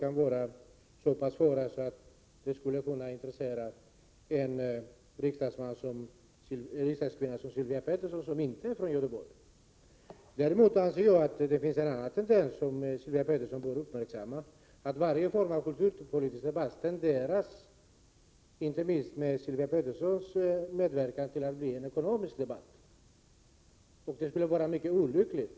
Bristerna där är så pass svåra att de borde intressera även en riksdagskvinna som Sylvia Pettersson som inte är från Göteborg. Vidare borde Sylvia Pettersson uppmärksamma att varje form av kulturpolitisk debatt, inte minst när Sylvia Pettersson medverkar, tenderar att bli en ekonomisk debatt, och det kan vara mycket olyckligt.